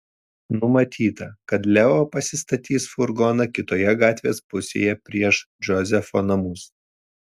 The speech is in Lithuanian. numatyta kad leo pasistatys furgoną kitoje gatvės pusėje prieš džozefo namus